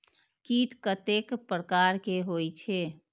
कीट कतेक प्रकार के होई छै?